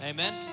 Amen